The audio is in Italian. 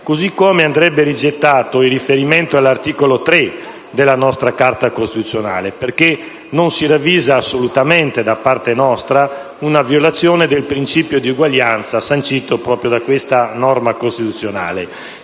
Così come andrebbe rigettato il riferimento all'articolo 3 della nostra Carta costituzionale, perché non si ravvisa assolutamente, da parte nostra, una violazione del principio di uguaglianza sancito da questa norma costituzionale.